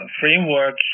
framework